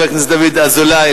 חבר הכנסת דוד אזולאי,